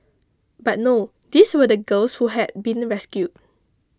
but no these were the girls who had been rescued